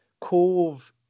Cove